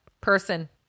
person